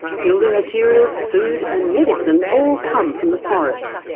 building materials, food and medicine all come from the forest.